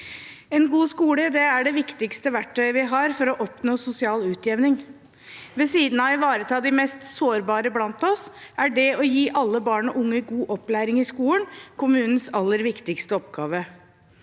En god skole er det viktigste verktøyet vi har for å oppnå sosial utjevning. Ved siden av å ivareta de mest sårbare blant oss er det å gi alle barn og unge god opplæring i skolen kommunenes aller viktigste oppgave.